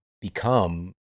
become